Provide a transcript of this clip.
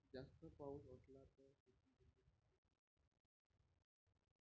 जास्त पाऊस असला त शेतीमंदी काय उपाययोजना करा लागन?